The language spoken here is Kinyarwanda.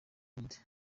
bwite